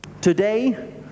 today